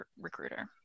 recruiter